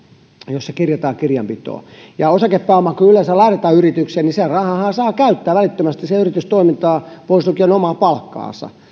jos se kirjataan kirjanpitoon ja osakepääoman kun yleensä lähdetään yritykseen sen rahanhan saa käyttää välittömästi siihen yritystoimintaan pois lukien omaan palkkaansa